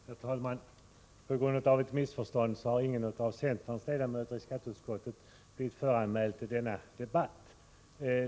Herr talman! På grund av ett missförstånd har ingen av centerns ledamöter iskatteutskottet blivit föranmäld till denna debatt.